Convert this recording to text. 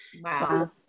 Wow